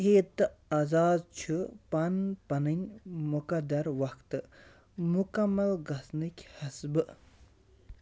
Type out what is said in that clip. عہد تہٕ اعزاز چِھ پَن پنٕنۍ مُقدَر وقتہٕ مُکمَل گژھنٕکۍ حسبہٕ